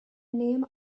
name